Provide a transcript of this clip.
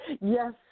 Yes